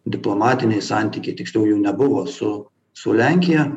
diplomatiniai santykiai tiksliau jų nebuvo su su lenkija